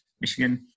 Michigan